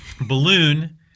Balloon